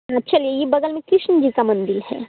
हाँ चलिए ये बगल में कृष्ण जी का मंदिल है